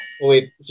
wait